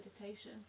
meditation